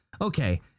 okay